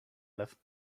live